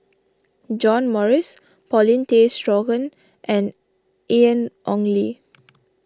John Morrice Paulin Tay Straughan and Ian Ong Li